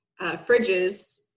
fridges